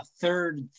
third